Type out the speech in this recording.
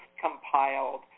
compiled